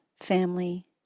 family